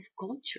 culture